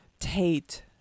tate